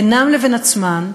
בינם לבין עצמם,